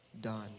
done